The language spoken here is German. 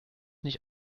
nicht